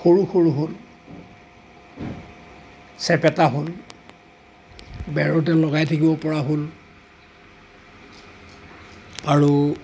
সৰু সৰু হ'ল চেপেটা হ'ল বেৰতে লগাই থাকিব পৰা হ'ল আৰু